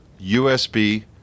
USB